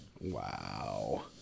Wow